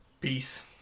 Peace